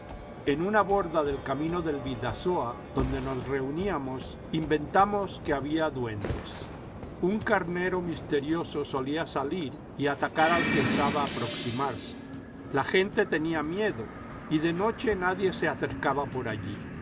en una borda del camino del bidasoa donde nos reuníamos inventamos que había duendes un carnero misterioso solía salir y atacar al que osaba aproximarse la gente tenía miedo y de noche nadie se acercaba por allí